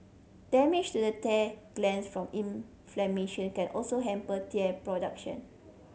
damage to the tire glands from inflammation can also hamper tear production